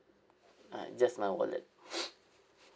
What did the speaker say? uh just my wallet